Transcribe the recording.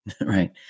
right